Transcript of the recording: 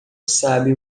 sabe